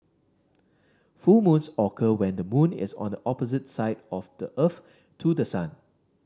full moons occur when the moon is on the opposite side of the Earth to the sun